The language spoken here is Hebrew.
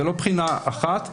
זה לא בחינה אחת.